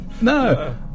No